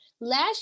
last